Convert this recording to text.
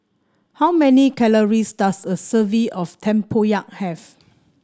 how many calories does a serving of tempoyak have